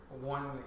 one